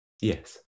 yes